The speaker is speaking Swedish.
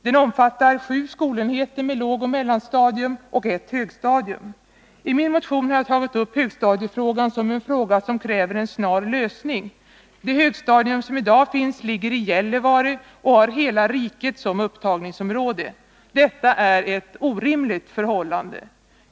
Den omfattar sju skolenheter med lågoch mellanstadium och ett högstadium. I min motion har jag tagit upp högstadiefrågan som en fråga som kräver en snar lösning. Det högstadium som i dag finns ligger i Gällivare och har hela riket som upptagningsområde. Detta är ett orimligt förhållande.